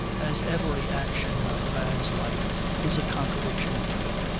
as every action of the man's life is a contradiction to it.